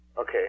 Okay